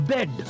Bed